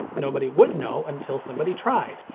nobody would know until somebody tried.